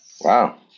Wow